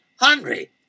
hungry